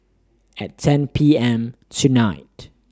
At ten P M tonight